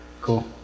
cool